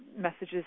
messages